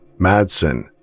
Madsen